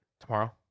tomorrow